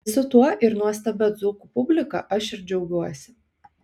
visu tuo ir nuostabia dzūkų publika aš ir džiaugiuosi